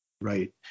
Right